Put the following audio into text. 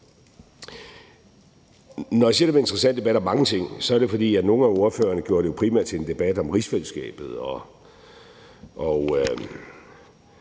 Når jeg siger, det var en interessant debat om mange ting, er det, fordi nogle af ordførerne jo primært gjorde det til en debat om rigsfællesskabet.